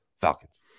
Falcons